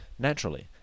Naturally